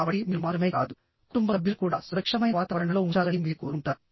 కాబట్టి మీరు మాత్రమే కాదు కుటుంబ సభ్యులను కూడా సురక్షితమైన వాతావరణంలో ఉంచాలని మీరు కోరుకుంటారు